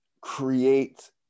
create